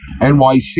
NYC